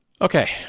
Okay